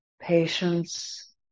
patience